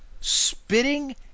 Spitting